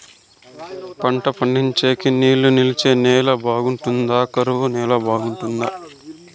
పంట పండించేకి నీళ్లు నిలిచే నేల బాగుంటుందా? కరువు నేల బాగుంటుందా?